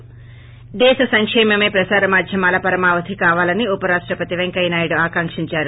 ి దేశ సంకేమమే ప్రసార మాధ్యమాల్ పరమావధి కావాలని ఉపరాష్టపతి పెంకయ్యనాయుడు ఆకాంక్షించారు